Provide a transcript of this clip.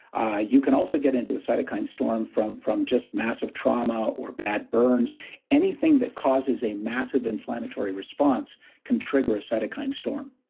ah you can also get into a cytokine storm from from just massive trauma or bad burns anything that causes a massive inflammatory response can trigger a cytokine storm